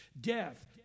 Death